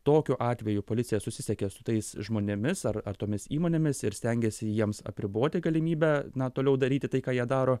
tokiu atveju policija susisiekia su tais žmonėmis ar tomis įmonėmis ir stengiasi jiems apriboti galimybę na toliau daryti tai ką jie daro